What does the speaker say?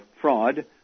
fraud